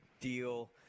deal